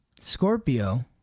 Scorpio